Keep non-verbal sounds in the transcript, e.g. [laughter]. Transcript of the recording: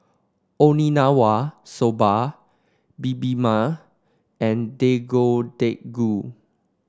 [unintelligible] soba Bibimbap and Deodeok Gui